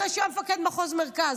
אחרי שהוא היה מפקד מחוז מרכז,